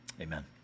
Amen